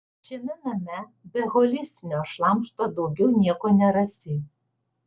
šiame name be holistinio šlamšto daugiau nieko nerasi